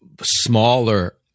smaller